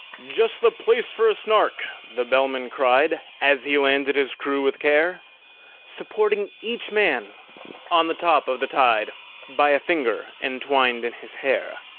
just the place for a snark! the bellman cried, as he landed his crew with care supporting each man on the top of the tide by a finger entwined in his hair.